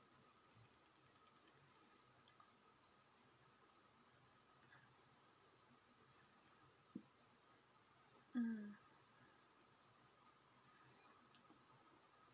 mm